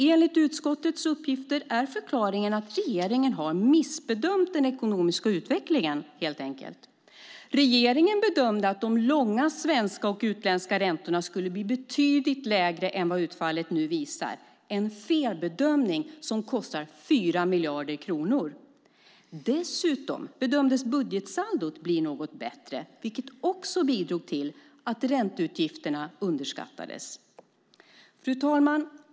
Enligt utskottets uppgifter är förklaringen att regeringen helt enkelt missbedömt den ekonomiska utvecklingen. Regeringen bedömde att de långa svenska och utländska räntorna skulle bli betydligt lägre än vad utfallet nu visar - en felbedömning som kostar 4 miljarder kronor. Dessutom bedömdes budgetsaldot bli något bättre, vilket också bidrog till att ränteutgifterna underskattades. Fru talman!